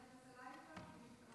את יכולה גם מכאן.